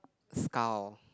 skull